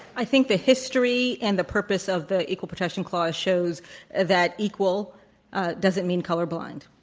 i think the history and the purpose of the equal protection clause shows that equal doesn't mean colorblind.